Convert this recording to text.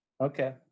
Okay